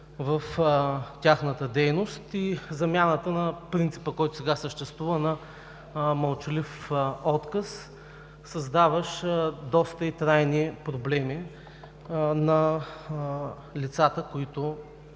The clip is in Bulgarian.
в тяхната дейност и замяната на принципа, който сега съществува – мълчалив отказ, създаващ доста и трайни проблеми на лицата, които